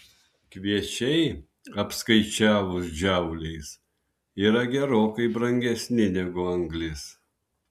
kviečiai apskaičiavus džauliais yra gerokai brangesni negu anglis